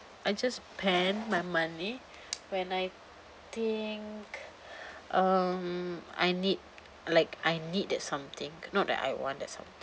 I just spend my money when I think um I need like I need that something not that I want that something